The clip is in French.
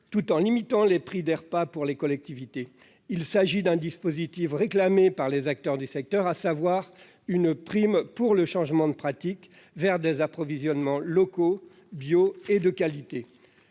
tout en limitant les prix des repas pour les collectivités. Il s'agit d'un dispositif réclamé par les acteurs du secteur, qui prend la forme d'une prime pour le changement des pratiques et l'approvisionnement en produits locaux, bio et de qualité.